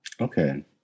Okay